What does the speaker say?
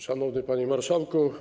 Szanowny Panie Marszałku!